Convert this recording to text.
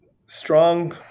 strong